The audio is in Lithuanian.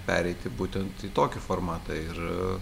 pereiti būtent į tokį formatą ir